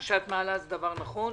מעלה דבר נכון.